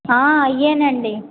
అయ్యానండి